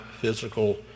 physical